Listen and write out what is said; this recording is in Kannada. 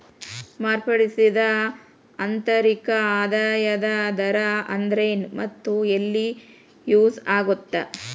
ಮಾರ್ಪಡಿಸಿದ ಆಂತರಿಕ ಆದಾಯದ ದರ ಅಂದ್ರೆನ್ ಮತ್ತ ಎಲ್ಲಿ ಯೂಸ್ ಆಗತ್ತಾ